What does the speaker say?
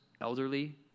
elderly